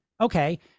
Okay